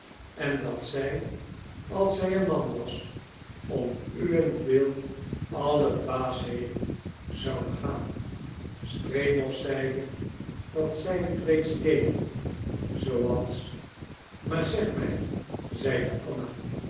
en dat zij als zij een man was om uwentwil alle dwaasheden zou begaan stremow zeide dat zij dit reeds deed zooals maar zeg mij zeide anna